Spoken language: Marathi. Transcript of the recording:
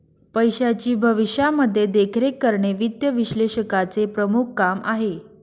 पैशाची भविष्यामध्ये देखरेख करणे वित्त विश्लेषकाचं प्रमुख काम आहे